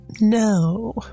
No